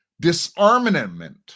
disarmament